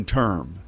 term